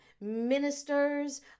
ministers